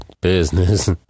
business